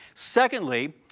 Secondly